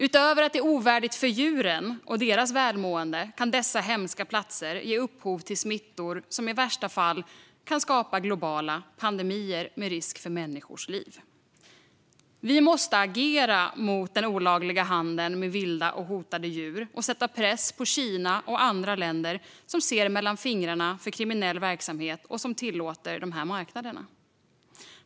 Utöver att det är ovärdigt för djuren och deras välmående kan dessa hemska platser ge upphov till smittor som i värsta fall kan skapa globala pandemier med risk för människors liv. Vi måste agera mot den olagliga handeln med vilda och hotade djur och sätta press på Kina och andra länder som ser mellan fingrarna med kriminell verksamhet och som tillåter dessa marknader.